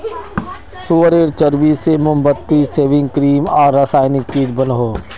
सुअरेर चर्बी से मोमबत्ती, सेविंग क्रीम आर रासायनिक चीज़ बनोह